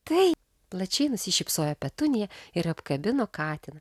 taip plačiai nusišypsojo petunija ir apkabino katiną